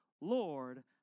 Lord